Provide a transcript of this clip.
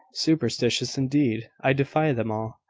superstitious, indeed! i defy them all,